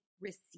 receive